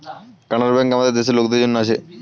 Canara bank আমাদের দেশের লোকদের জন্যে আছে